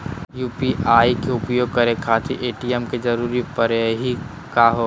UPI के उपयोग करे खातीर ए.टी.एम के जरुरत परेही का हो?